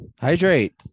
hydrate